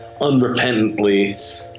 unrepentantly